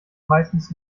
meistens